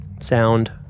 sound